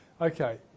Okay